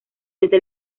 desde